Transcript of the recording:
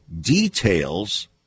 details